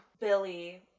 Billy